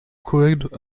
collègue